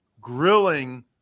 grilling